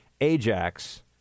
Ajax